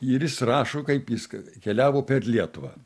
ir jis rašo kaip jis keliavo per lietuvą